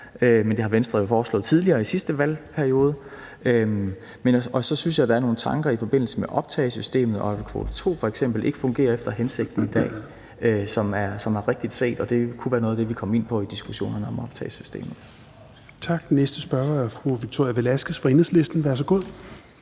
men det har Venstre jo foreslået tidligere, nemlig i den sidste valgperiode. Så synes jeg, at der er nogle tanker i forbindelse med optagesystemet, f.eks. at kvote 2 ikke fungerer efter hensigten i dag, og det er rigtigt set. Det kunne være noget af det, vi kom ind på i diskussionerne om optagesystemet. Kl. 21:53 Fjerde næstformand (Rasmus Helveg Petersen):